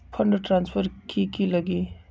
Fund transfer कि की लगी?